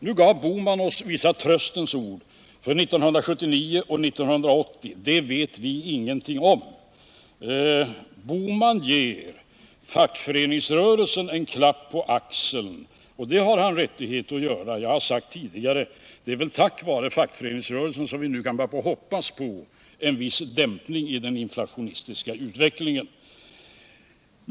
Nu gav Gösta Bohman oss vissa tröstens ord för 1979 och 1980. Men det vet vi ingenting om. Gösta Bohman ger fack föreningsrörelsen en klapp på axeln, och det har han rättighet att göra. Tidigare har jag sagt att det väl är tack vare fackföreningsrörelsen som vi nu kan börja hoppas på en viss dämpning av den inflationistiska utvecklingen.